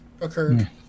occurred